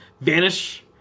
vanish